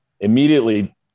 immediately